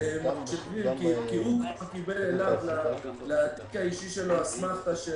במחשבים כי הוא קיבל אליו לתיק האישי שלו אסמכתא,